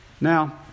Now